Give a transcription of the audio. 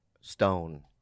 stone